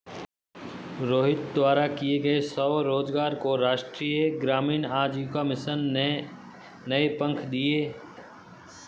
रोहित द्वारा किए गए स्वरोजगार को राष्ट्रीय ग्रामीण आजीविका मिशन ने नए पंख दिए